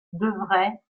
devraient